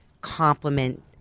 compliment